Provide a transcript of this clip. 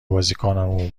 بازیکنامون